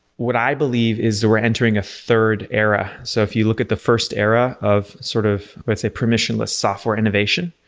what i believe is we're entering a third era. era. so if you look at the first era of sort of, let's say, permissionless software innovation,